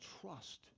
trust